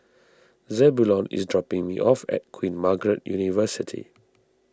Zebulon is dropping me off at Queen Margaret University